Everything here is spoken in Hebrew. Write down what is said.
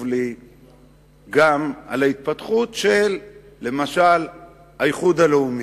לי למשל גם על ההתפתחות של האיחוד הלאומי,